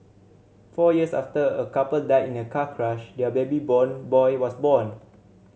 four years after a couple died in a car crash their baby born boy was born